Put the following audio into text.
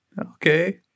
okay